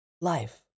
life